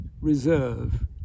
reserve